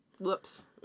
Whoops